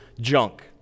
junk